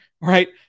right